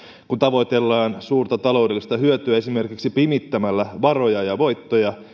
kun tavoitellaan suurta taloudellista hyötyä esimerkiksi pimittämällä varoja ja voittoja